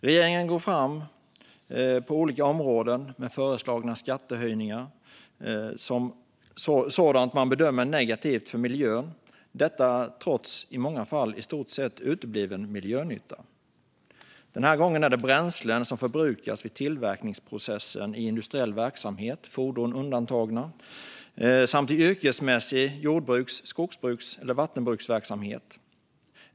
Regeringen går fram på olika områden med föreslagna skattehöjningar på sådant som man bedömer är negativt för miljön - detta trots en i många fall i stort sett utebliven miljönytta. Den här gången gäller det bränslen som förbrukas vid tillverkningsprocessen i industriell verksamhet, fordon undantagna, samt i yrkesmässig jordbruks-, skogsbruks eller vattenbruksverksamhet.